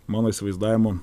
mano įsivaizdavimu